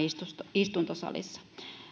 istuntosalissa